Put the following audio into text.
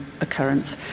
occurrence